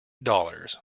dollars